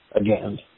again